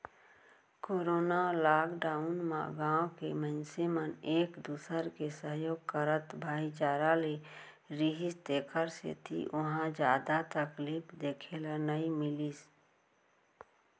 corona lockdown म गाँव के मनसे मन एक दूसर के सहयोग करत भाईचारा ले रिहिस तेखर सेती उहाँ जादा तकलीफ देखे ल नइ मिलिस